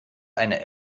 eine